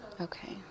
Okay